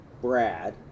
Brad